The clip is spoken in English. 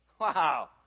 wow